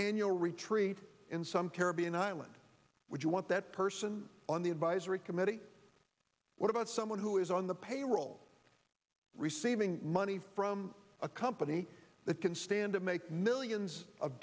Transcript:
annual retreat in some caribbean island would you want that person on the advisory committee what about someone who is on the payroll receiving money from a company that can stand to make millions of